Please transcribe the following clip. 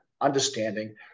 Understanding